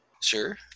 Sure